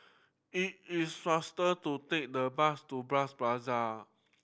it is faster to take the bus to Bras Basah